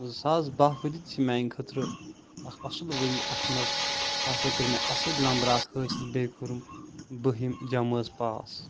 زٕساس بَہہ ؤری تہِ چھ میانہِ خٲطرٕ اَکھ اصٕل ؤری اتھ منٛز ہسا کٔرۍ مے اصٕل نمبرات حٲصِل بیٚیہِ کوٚرُم بٕہِم جَمٲژ پاس